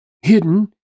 hidden